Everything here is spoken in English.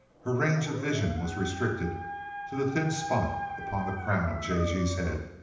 her range of vision was restricted to the thin spot upon the crown of j. g s head,